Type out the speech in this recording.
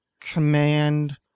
command